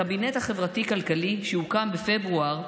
הקבינט החברתי-כלכלי, שהוקם בפברואר,